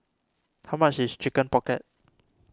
how much is Chicken Pocket